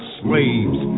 slaves